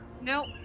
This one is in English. Nope